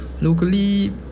Locally